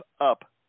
up